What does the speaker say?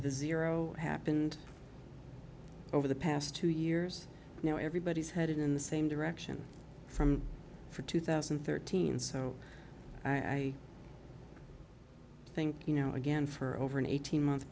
the zero happened over the past two years you know everybody's headed in the same direction from for two thousand and thirteen so i think you know again for over an eighteen month